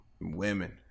Women